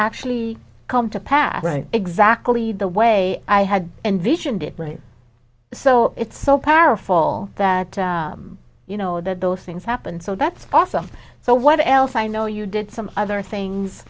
actually come to pass right exactly the way i had envisioned it right so it's so powerful that you know that those things happen so that's awesome so what else i know you did some other things